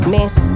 Miss